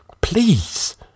please